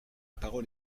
parole